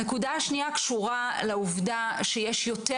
הנקודה השנייה קשורה לעובדה שיש יותר